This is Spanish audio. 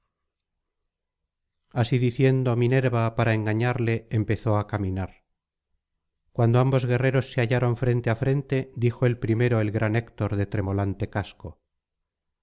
así diciendo minerva para engañarle empezó á caminar cuando ambos guerreros se hallaron frente á frente dijo el primero el gran héctor de tremolante casco